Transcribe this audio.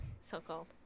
So-called